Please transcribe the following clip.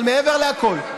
אבל מעבר לכול,